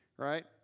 Right